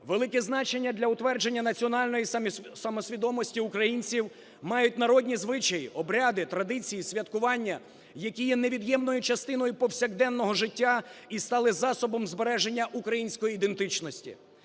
Велике значення для утвердження національної самосвідомості українців мають народні звичаї, обряди, традиції, святкування, які є невід'ємною частиною повсякденного життя і стали засобом збереження української ідентичності.